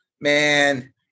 man